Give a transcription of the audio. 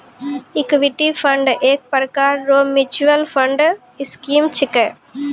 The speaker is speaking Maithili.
इक्विटी फंड एक प्रकार रो मिच्युअल फंड स्कीम छिकै